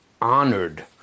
honored